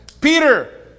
Peter